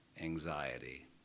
anxiety